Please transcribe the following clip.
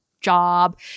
job